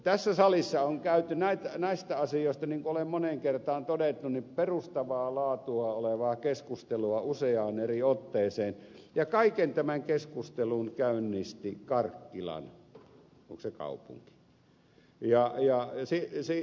tässä salissa on käyty näistä asioista niin kuin olen moneen kertaan todennut perustavaa laatua olevaa keskustelua useaan eri otteeseen ja kaiken tämän keskustelun käynnisti karkkilan kaupunki